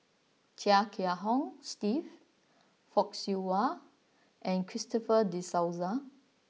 Chia Kiah Hong Steve Fock Siew Wah and Christopher De Souza